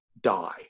die